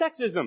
sexism